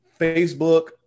Facebook